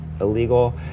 illegal